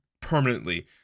permanently